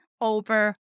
over